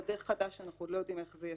שדה חדש שאנחנו עוד לא יודעים איך זה ישפיע,